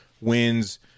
wins